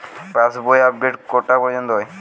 পাশ বই আপডেট কটা পর্যন্ত হয়?